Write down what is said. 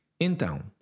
Então